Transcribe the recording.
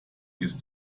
ist